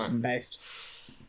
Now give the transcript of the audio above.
Based